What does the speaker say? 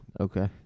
Okay